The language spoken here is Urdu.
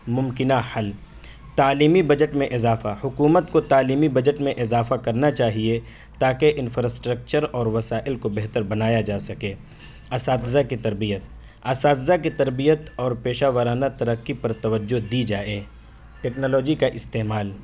ممکنہ حل تعلیمی بجٹ میں اضافہ حکومت کو تعلیمی بجٹ میں اضافہ کرنا چاہیے تا کہ انفراسٹرکچر اور وسائل کو بہتر بنایا جا سکے اساتذہ کی تربیت اساتذہ کی تربیت اور پیشہ وارانہ ترقی پر توجہ دی جائے ٹیکنالوجی کا استعمال